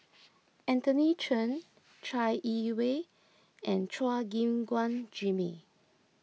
Anthony Chen Chai Yee Wei and Chua Gim Guan Jimmy